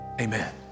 Amen